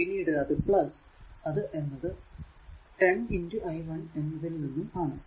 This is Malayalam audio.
പിന്നീട് അത് എന്നത് 10 i 1 എന്നതിൽ നിന്നും ആണ്